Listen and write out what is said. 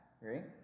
right